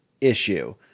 issue